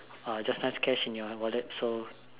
uh just nice cash in your wallet so